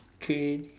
create